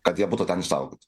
kad jie būtų ten išsaugoti